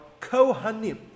Kohanim